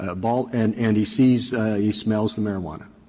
ah but and and he sees he smells the marijuana.